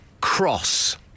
cross